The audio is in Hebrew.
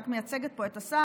רק מייצגת פה את השר,